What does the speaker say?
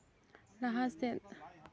ᱞᱟᱦᱟ ᱥᱮᱫ